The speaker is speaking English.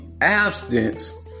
abstinence